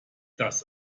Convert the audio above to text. dass